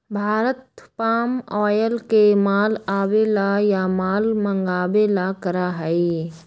Bharat palm oil के माल आवे ला या माल मंगावे ला करा हई